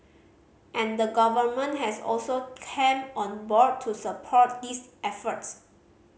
and the Government has also came on board to support these efforts